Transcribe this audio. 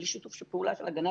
בלי שיתוף של הגננות,